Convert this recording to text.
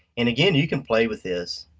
and again you can play with this.